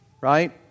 right